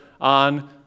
on